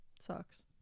Sucks